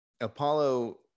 Apollo